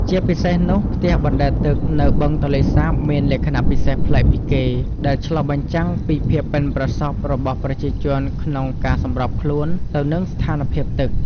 ជាពិសេសនោះ ផ្ទះបណ្ដែតទឹកនៅបឹងទន្លេសាបមានលក្ខណៈពិសេសប្លែកពីគេ ដែលឆ្លុះបញ្ចាំងពីភាពប៉ិនប្រសប់របស់ប្រជាជនក្នុងការសម្របខ្លួនទៅនឹងស្ថានភាពទឹក។